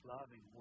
loving